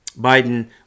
Biden